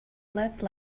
live